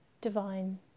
divine